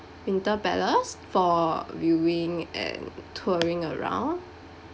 winter palace for viewing and touring around